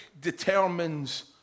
determines